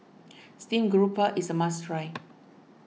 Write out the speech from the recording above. Steamed Grouper is a must try